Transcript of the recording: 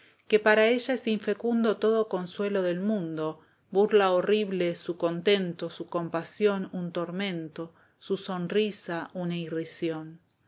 que para ello es infecundo todo consuelo del mundo burla horrible su contento su compasión un tormento su sonrisa una irrisión sus